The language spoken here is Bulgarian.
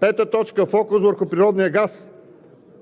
Пето, фокус върху природния газ